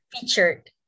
featured